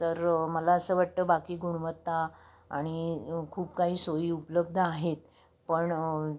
तर मला असं वाटतं बाकी गुणवत्ता आणि खूप काही सोयी उपलब्ध आहेत पण